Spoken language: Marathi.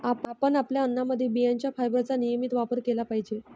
आपण आपल्या अन्नामध्ये बियांचे फायबरचा नियमित वापर केला पाहिजे